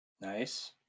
Nice